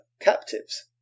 captives